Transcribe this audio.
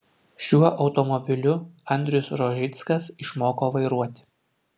šiuo automobiliu andrius rožickas išmoko vairuoti